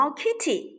kitty